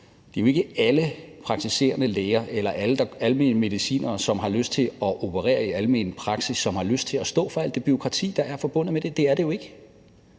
at det jo ikke er alle praktiserende læger eller alle almenmedicinere, som har lyst til at operere i almen praksis, som har lyst til at stå for alt det bureaukrati, der er forbundet med det. Det er det jo ikke.